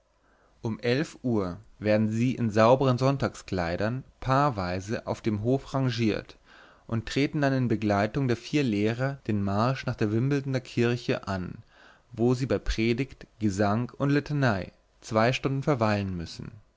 um elf uhr werden sie in sauberen sonntagskleidern paarweise auf dem hofe rangiert und treten dann in begleitung der vier lehrer den marsch nach der wimbledoner kirche an wo sie bei predigt gesang und litanei zwei stunden verweilen müssen